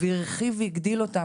והרחיב והגדיל אותם,